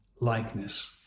likeness